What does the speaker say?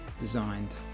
designed